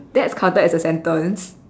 that's counted as a sentence